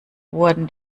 wurden